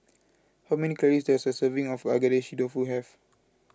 how many calories does a serving of Agedashi Dofu have